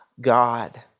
God